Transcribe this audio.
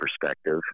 perspective